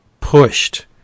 pushed